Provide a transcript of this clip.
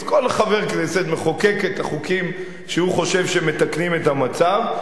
אז כל חבר כנסת מחוקק את החוקים שהוא חושב שמתקנים את המצב,